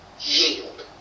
Yield